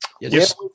Yes